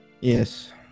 Yes